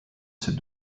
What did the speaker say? ces